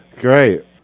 great